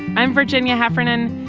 i'm virginia heffernan.